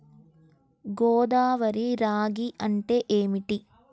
గోదావరి రాగి అంటే ఏమిటి?